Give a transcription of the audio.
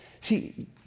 See